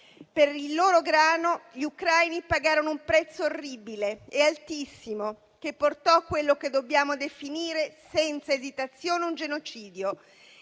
Per il loro grano gli ucraini pagarono un prezzo orribile e altissimo che portò quello che dobbiamo definire senza esitazione un genocidio,